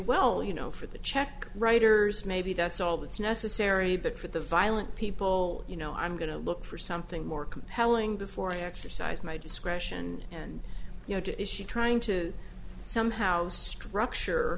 well you know for the czech writers maybe that's all that's necessary but for the violent people you know i'm going to look for something more compelling before exercise my discretion and you know is she trying to somehow structure